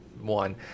one